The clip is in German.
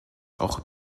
auch